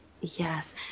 yes